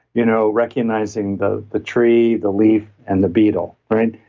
you know recognizing the the tree, the leaf and the beetle, right?